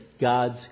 God's